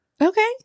Okay